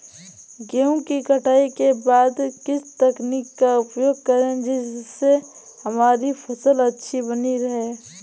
गेहूँ की कटाई के बाद किस तकनीक का उपयोग करें जिससे हमारी फसल अच्छी बनी रहे?